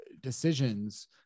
decisions